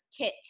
kit